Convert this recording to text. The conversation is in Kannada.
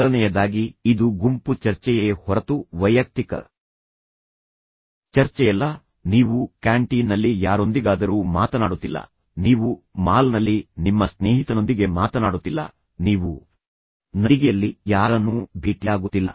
ಮೊದಲನೆಯದಾಗಿ ಇದು ಗುಂಪು ಚರ್ಚೆಯೇ ಹೊರತು ವೈಯಕ್ತಿಕ ಚರ್ಚೆಯಲ್ಲ ನೀವು ಕ್ಯಾಂಟೀನ್ನಲ್ಲಿ ಯಾರೊಂದಿಗಾದರೂ ಮಾತನಾಡುತ್ತಿಲ್ಲ ನೀವು ಮಾಲ್ನಲ್ಲಿ ನಿಮ್ಮ ಸ್ನೇಹಿತನೊಂದಿಗೆ ಮಾತನಾಡುತ್ತಿಲ್ಲ ನೀವು ನಡಿಗೆಯಲ್ಲಿ ಯಾರನ್ನೂ ಭೇಟಿಯಾಗುತ್ತಿಲ್ಲ